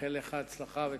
נאחל לך הצלחה בתפקידך.